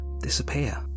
disappear